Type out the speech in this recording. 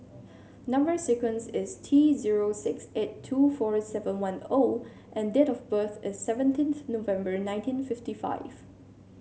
number sequence is T zero six eight two four seven one O and date of birth is seventeenth November nineteen fifty five